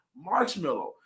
marshmallow